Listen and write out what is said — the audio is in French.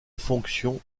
fonctions